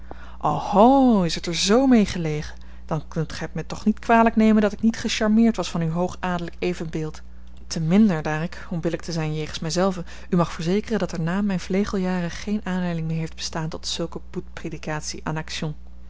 is t er z mee gelegen dan kunt gij t mij toch niet kwalijk nemen dat ik niet gecharmeerd was van uw hoog adellijk evenbeeld te minder daar ik om billijk te zijn jegens mij zelven u mag verzekeren dat er na mijne vlegeljaren geene aanleiding meer heeft bestaan tot zulke boetpredikatie en action